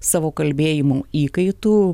savo kalbėjimu įkaitu